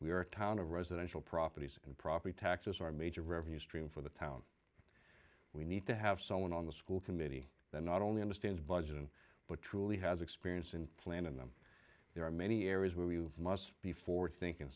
are town of residential properties and property taxes are major revenue stream for the town we need to have someone on the school committee that not only understands budgeting but truly has experience and plan in them there are many areas where we must be forward thinking